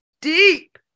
deep